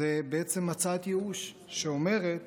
זו בעצם הצעת ייאוש שאומרת